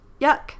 Yuck